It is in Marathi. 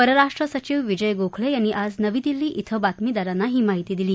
परराष्ट्र सचिव विजय गोखले यांनी आज नवी दिल्ली कें बातमीदारांना ही माहिती दिली